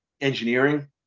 engineering